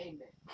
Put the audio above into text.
Amen